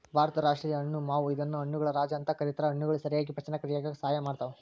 ಭಾರತದ ರಾಷ್ಟೇಯ ಹಣ್ಣು ಮಾವು ಇದನ್ನ ಹಣ್ಣುಗಳ ರಾಜ ಅಂತ ಕರೇತಾರ, ಹಣ್ಣುಗಳು ಸರಿಯಾಗಿ ಪಚನಕ್ರಿಯೆ ಆಗಾಕ ಸಹಾಯ ಮಾಡ್ತಾವ